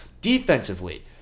defensively